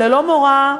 ללא מורא,